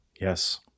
Yes